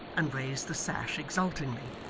and raised the sash exultingly.